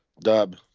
Dub